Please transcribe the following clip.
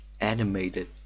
animated